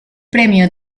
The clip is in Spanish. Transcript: premio